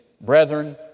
brethren